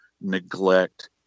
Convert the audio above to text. neglect